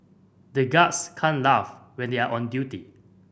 the guards can't laugh when they are on duty